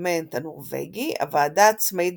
הפרלמנט הנורווגי, הוועדה עצמאית